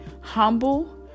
humble